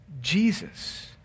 Jesus